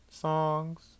songs